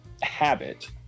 habit